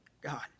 God